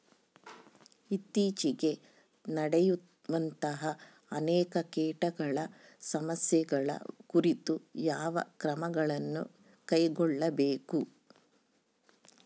ಇತ್ತೇಚಿಗೆ ನಡೆಯುವಂತಹ ಅನೇಕ ಕೇಟಗಳ ಸಮಸ್ಯೆಗಳ ಕುರಿತು ಯಾವ ಕ್ರಮಗಳನ್ನು ಕೈಗೊಳ್ಳಬೇಕು?